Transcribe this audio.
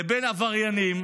לבין עבריינים